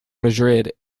madrid